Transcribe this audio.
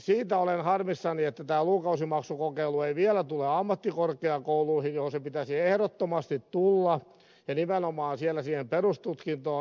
siitä olen harmissani että tämä lukukausimaksukokeilu ei vielä tule ammattikorkeakouluihin joihin sen pitäisi ehdottomasti tulla ja nimenomaan siellä siihen perustutkintoon